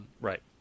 Right